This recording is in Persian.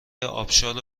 ابشار